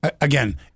again